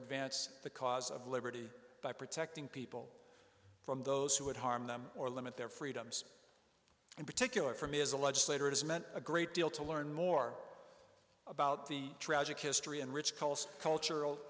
advance the cause of liberty by protecting people from those who would harm them or limit their freedoms in particular for me is a legislator has meant a great deal to learn more about the tragic history and rich coast cultural